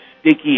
sticky